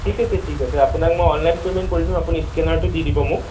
ঠিক আছে ঠিক আছে আপোনাক মই অনলাইন পে'মেণ্ট কৰি দিম আপুনি স্কেনাৰটো দি দিব মোক